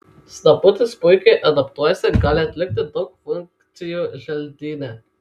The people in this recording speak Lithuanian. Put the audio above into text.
snaputis puikiai adaptuojasi gali atlikti daug funkcijų želdyne